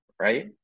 right